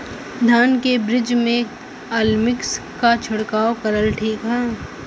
धान के बिज में अलमिक्स क छिड़काव करल ठीक ह?